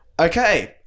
Okay